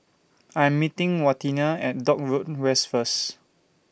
I'm meeting Waneta At Dock Road West First